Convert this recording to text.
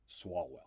Swalwell